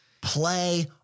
Play